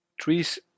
trees